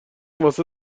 واسه